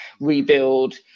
rebuild